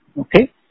Okay